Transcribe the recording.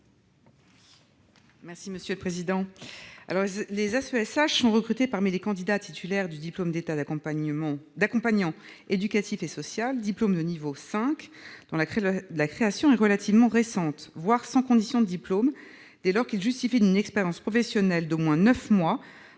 est à Mme Laure Darcos. Les AESH sont recrutés parmi les candidats titulaires du diplôme d'État d'accompagnant éducatif et social, diplôme de niveau V, dont la création est relativement récente, voire sans condition de diplôme dès lors qu'ils justifient d'une expérience professionnelle d'au moins neuf mois